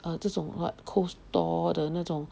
err 这种 what cold store 的那种